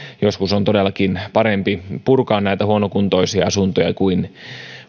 joskus on todellakin parempi purkaa näitä huonokuntoisia asuntoja kuin